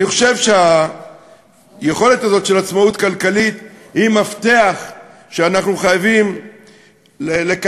אני חושב שהיכולת הזאת של עצמאות כלכלית היא מפתח שאנחנו חייבים לקדם.